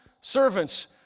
Servants